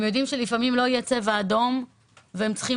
הם יודעים שלפעמים לא יהיה צבע אדום והם יצטרכו